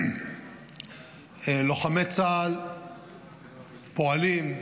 לוחמי צה"ל פועלים,